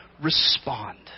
respond